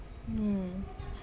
mm